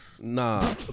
Nah